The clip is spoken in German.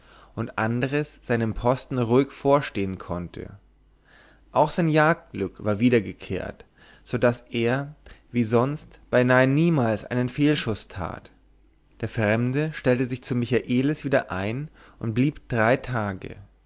und andres seinem posten ruhig vorstehen konnte auch sein jagdglück war wiedergekehrt so daß er wie sonst beinahe niemals einen fehlschuß tat der fremde stellte sich zu michaelis wieder ein und blieb drei tage